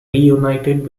reunited